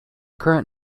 current